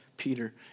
Peter